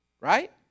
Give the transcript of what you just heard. Right